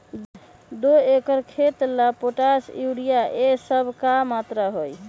दो एकर खेत के ला पोटाश, यूरिया ये सब का मात्रा होई?